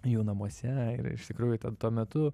jų namuose ir iš tikrųjų ten tuo metu